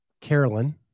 Carolyn